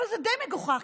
אבל זה די מגוחך,